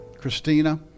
Christina